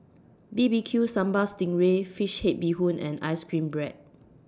B B Q Sambal Sting Ray Fish Head Bee Hoon and Ice Cream Bread